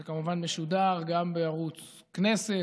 זה כמובן משודר גם בערוץ הכנסת,